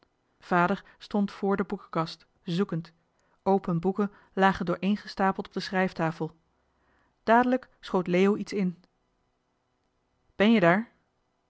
vader stond vr de boekenkast zoekend open boeken lagen dooreengestapeld op de schrijftafel dadelijk schoot leo iets in ben je daar